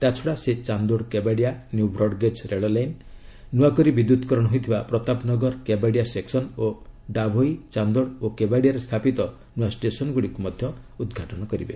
ତାଛଡ଼ା ସେ Chandod Kevadia new broad gauge ରେଳ ଲାଇନ୍ ନୂଆ କରି ବିଦ୍ୟୁତକରଣ ହୋଇଥିବା ପ୍ରତାପ ନଗର କେବାଡ଼ିଆ ସେକ୍ସନ୍ ଓ ଡାଭୋଇ ଚାନ୍ଦୋଡ୍ ଓ କେବାଡ଼ିଆରେ ସ୍ଥାପିତ ନୂଆ ଷ୍ଟେସନ୍ଗୁଡ଼ିକୁ ମଧ୍ୟ ଉଦ୍ଘାଟନ କରିବେ